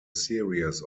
series